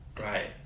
Right